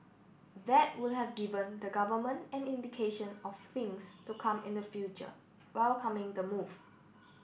that would have given the government an indication of things to come in the future welcoming the move